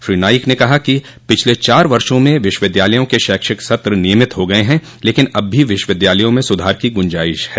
श्री नाईक ने कहा कि पिछले चार वर्षो में विश्वविद्यालयों के शैक्षिक सत्र नियमित हो गये हैं लेकिन अब भी विश्वविद्यालयों में सुधार की गुजाइश है